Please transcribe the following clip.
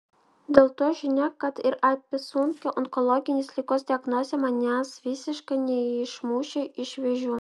dėl to žinia kad ir apie sunkią onkologinės ligos diagnozę manęs visiškai neišmušė iš vėžių